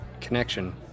Connection